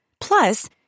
Plus